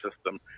system